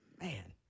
Man